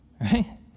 Right